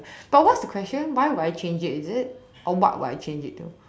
but what's the question why would I change it is it or what would I change it to